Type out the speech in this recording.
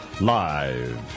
Live